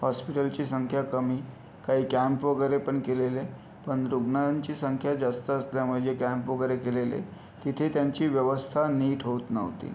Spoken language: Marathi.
हॉस्पिटलची संख्या कमी काही कॅम्प वगैरे पण केलेले पण रुग्णांची संख्या जास्त असल्यामुळे जे कॅम्प वगैरे केलेले तिथे त्यांची व्यवस्था नीट होत नव्हती